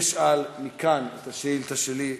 ולכן אני אשאל מכאן את השאילתה שלי,